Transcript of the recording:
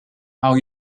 how